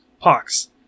Pox